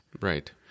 right